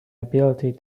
ability